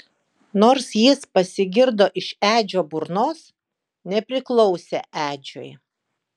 nors jis pasigirdo iš edžio burnos nepriklausė edžiui